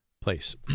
place